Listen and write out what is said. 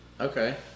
Okay